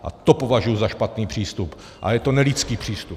A to považuji za špatný přístup a je to nelidský přístup.